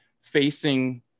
facing